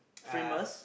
famous